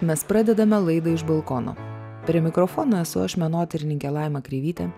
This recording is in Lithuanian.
mes pradedame laidą iš balkono prie mikrofono esu aš menotyrininkė laima kreivytė